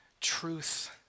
truth